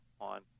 on